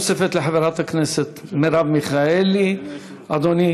שאלה נוספת לחברת הכנסת מרב מיכאלי, אדוני